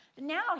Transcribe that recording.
now